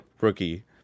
rookie